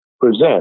present